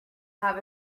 have